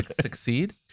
Succeed